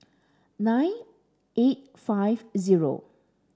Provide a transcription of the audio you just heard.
nine eight five zero